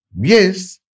Yes